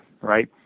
right